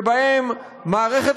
דווקא בנושאים ובתחומים שבהם מערכת